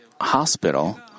hospital